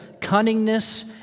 cunningness